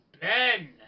Ben